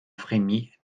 frémit